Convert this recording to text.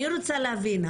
אני רוצה להבין,